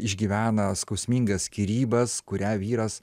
išgyvena skausmingas skyrybas kurią vyras